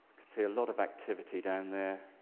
see a lot of activity down there.